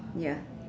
ya